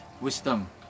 wisdom